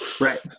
Right